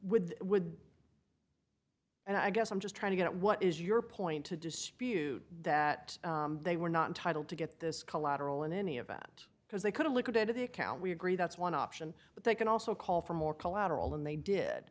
with would and i guess i'm just trying to get at what is your point to dispute that they were not entitle to get this collateral in any event because they could look at the account we agree that's one option but they can also call for more collateral and they did